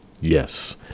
Yes